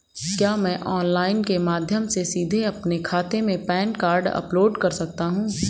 क्या मैं ऑनलाइन के माध्यम से सीधे अपने खाते में पैन कार्ड अपलोड कर सकता हूँ?